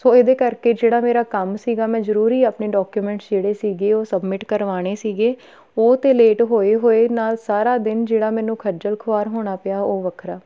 ਸੋ ਇਹਦੇ ਕਰਕੇ ਜਿਹੜਾ ਮੇਰਾ ਕੰਮ ਸੀਗਾ ਮੈਂ ਜ਼ਰੂਰੀ ਆਪਣੇ ਡਾਕੂਮੈਂਟ ਜਿਹੜੇ ਸੀਗੇ ਉਹ ਸਬਮਿਟ ਕਰਵਾਉਣੇ ਸੀਗੇ ਉਹ ਤਾਂ ਲੇਟ ਹੋਏ ਹੋਏ ਨਾਲ ਸਾਰਾ ਦਿਨ ਜਿਹੜਾ ਮੈਨੂੰ ਖੱਜਲ ਖੁਆਰ ਹੋਣਾ ਪਿਆ ਉਹ ਵੱਖਰਾ